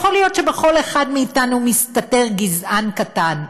יכול להיות שבכל אחד מאתנו מסתתר גזען קטן,